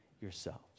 yourselves